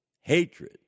hatred